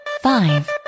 five